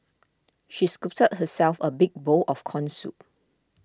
she scooped herself a big bowl of Corn Soup